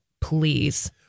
please